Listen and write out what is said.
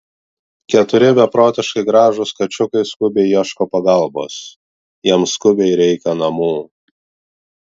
keturi beprotiškai gražūs kačiukai skubiai ieško pagalbos jiems skubiai reikia namų